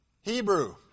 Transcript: Hebrew